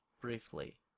briefly